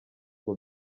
ngo